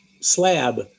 slab